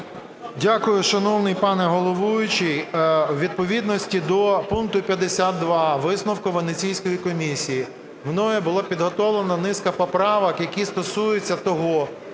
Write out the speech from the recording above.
Дякую, шановний пане головуючий. У відповідності до пункту 52 висновку Венеційської комісії мною була підготовлена низка поправок, які стосуються того,